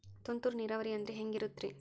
ತುಂತುರು ನೇರಾವರಿ ಅಂದ್ರೆ ಹೆಂಗೆ ಇರುತ್ತರಿ?